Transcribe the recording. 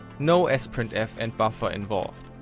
no ah sprintf and buffer involved.